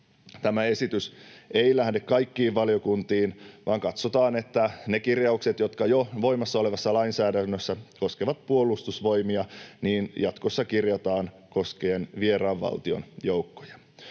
tämä esitys ei lähde kaikkiin valiokuntiin vaan katsotaan, että ne kirjaukset, jotka jo voimassa olevassa lainsäädännössä koskevat Puolustusvoimia, jatkossa kirjataan koskien vieraan valtion joukkoja.